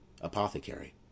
Apothecary